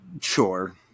Sure